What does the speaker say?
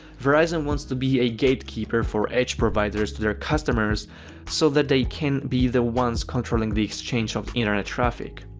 verizon wants to be a gatekeeper for edge providers to their customers so that they can be the ones controlling the exchange of internet traffic.